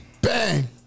Bang